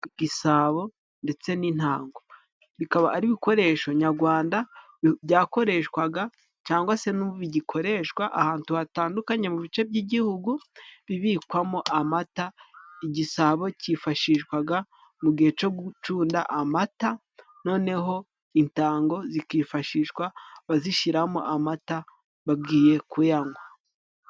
Igisabo ndetse n'intango. Bikaba ari ibikoresho nyarwanda byakoreshwaga cyangwa se bigikoreshwa ahantu hatandukanye mu bice by'igihugu bibikwamo amata .Igisabo cyifashishwaga mu gihe cyo gucunda amata noneho intango zikifashishwa bazishyiramo amata bagiye kuyanywa.